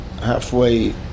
halfway